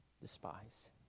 despise